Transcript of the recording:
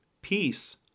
peace